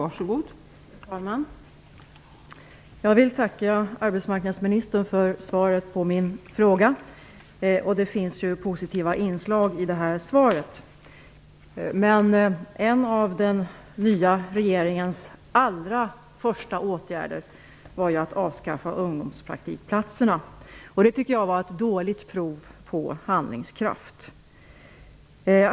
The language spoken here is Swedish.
Fru talman! Jag vill tacka arbetsmarknadsministern för svaret på min fråga. Det finns positiva inslag i svaret. En av den nya regeringens allra första åtgärder var att avskaffa ungdomspraktikplatserna. Det tycker jag var ett dåligt prov på handlingskraft.